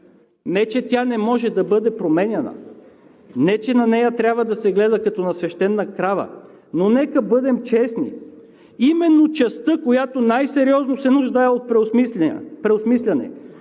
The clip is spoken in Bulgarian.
Не че тя не може да бъде променяна, не че тя трябва да се гледа като свещена крава. Но нека бъдем честни, че именно частта, която най-сериозно се нуждае от преосмисляне